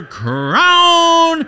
crown